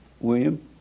William